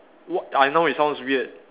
what I know it sounds weird